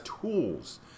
tools